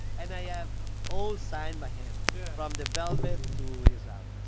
and i have all signed by him. yeah. from the velvet to his albums.